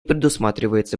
предусматривается